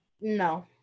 No